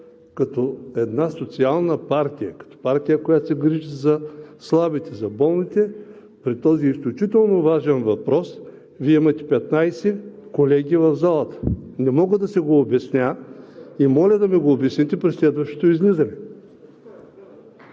като една социална партия, като партия, която се грижи за слабите, за болните при този изключително важен въпрос Вие имате 15 колеги в залата?! Не мога да си го обясня и моля да ми го обясните при следващото излизане.